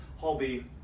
hobby